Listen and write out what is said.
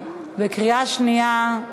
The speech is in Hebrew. בקריאה שנייה,